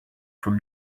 from